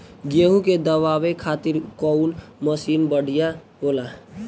गेहूँ के दवावे खातिर कउन मशीन बढ़िया होला?